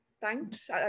Thanks